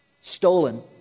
stolen